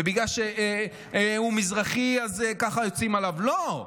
שבגלל שהוא מזרחי, אז ככה יוצאים עליו לא,